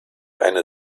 eine